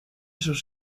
sus